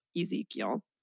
Ezekiel